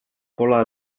pola